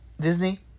Disney